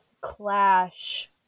clash